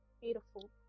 Beautiful